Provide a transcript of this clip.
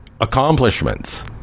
accomplishments